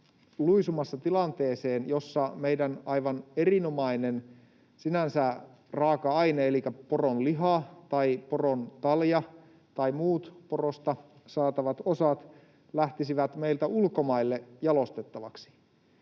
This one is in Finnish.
luisumassa tilanteeseen, jossa meidän sinänsä aivan erinomainen raaka-aine elikkä poronliha tai porontalja tai muut porosta saatavat osat lähtisivät meiltä ulkomaille jalostettaviksi?